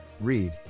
Read